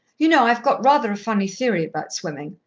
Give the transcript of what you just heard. you know, i've got rather a funny theory about swimming.